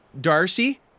Darcy